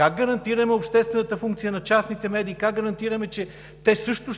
функция, обществената функция на частните медии, как гарантираме, че те също